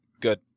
Good